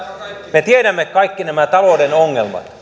me tiedämme kaikki nämä talouden ongelmat